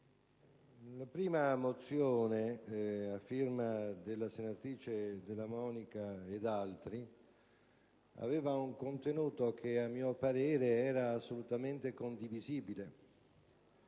La prima mozione a firma della senatrice Della Monica ed altri aveva un contenuto - a mio parere - assolutamente condivisibile,